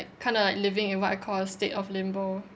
kind of living in what I call a state of limbo